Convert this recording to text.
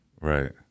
Right